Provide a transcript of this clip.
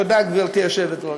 תודה, גברתי היושבת-ראש.